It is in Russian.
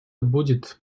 будет